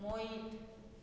मोहीत